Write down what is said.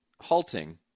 halting